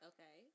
Okay